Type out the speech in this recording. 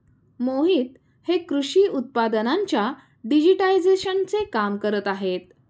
मोहित हे कृषी उत्पादनांच्या डिजिटायझेशनचे काम करत आहेत